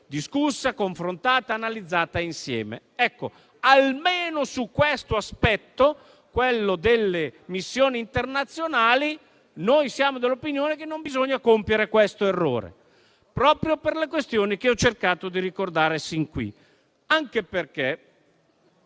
discussa, confrontata e analizzata insieme. Ecco, almeno su questo aspetto, quello delle missioni internazionali, noi siamo dell'opinione che non bisogna compiere un tale errore, proprio per le questioni che ho cercato di ricordare sin qui. Anche perché